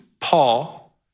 Paul